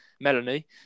Melanie